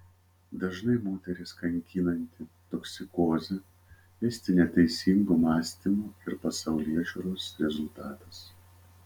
dažnai moteris kankinanti toksikozė esti neteisingo mąstymo ir pasaulėžiūros rezultatas